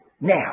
now